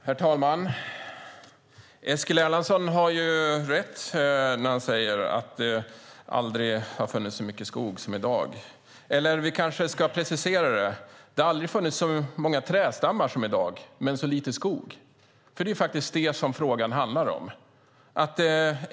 Herr talman! Eskil Erlandsson har rätt när han säger att det aldrig har funnits så mycket skog som i dag. Eller vi kanske ska precisera det: Det har aldrig funnits så många trädstammar som i dag men så lite skog. Det är detta frågan handlar om.